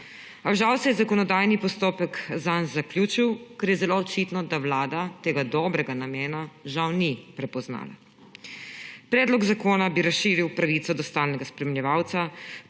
A žal se je zakonodajni postopek zanj zaključil, ker je zelo očitno, da vlada tega dobrega namena žal ni prepoznala. Predlog zakona bi razširil pravico do stalnega spremljevalca,